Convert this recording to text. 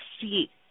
see